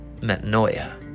metanoia